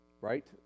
right